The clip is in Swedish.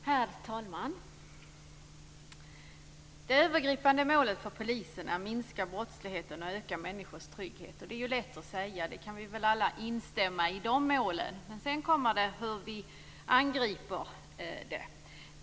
Herr talman! Det övergripande målet för polisen är att minska brottsligheten och öka människors trygghet. Det är lätt att säga. De målen kan vi alla instämma i. Men sedan kommer vi till frågan om hur vi angriper målen.